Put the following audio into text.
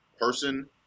person